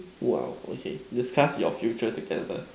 !wow! okay discuss your future together